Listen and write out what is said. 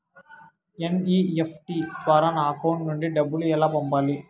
NEFT ద్వారా నా account నుండి డబ్బులు ఎలా పంపాలి